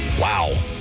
Wow